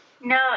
No